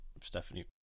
stephanie